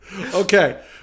Okay